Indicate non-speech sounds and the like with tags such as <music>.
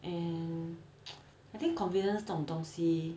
and <noise> I think confidence 这种东西